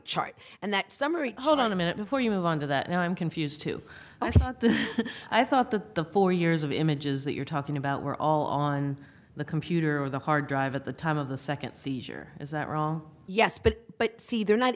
chart and that summary hold on a minute before you move on to that and i'm confused too i thought that the four years of images that you're talking about were all on the computer or the hard drive at the time of the second seizure as they're all yes but but see they're not